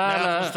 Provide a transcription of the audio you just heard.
מאה אחוז.